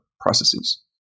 processes